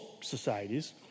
societies